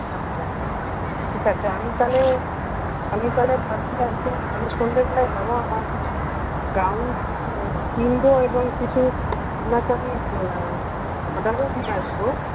আচ্ছা ঠিক আছে আমি তাহলে আমি তাহলে ভাবছি আজকে আমি সন্ধেবেলায় যাবো আমার কিছু গাউন কিনবো এবং কিছু আপনাকে আমি অর্ডারও দিয়ে আসবো